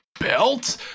belt